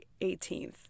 18th